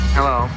Hello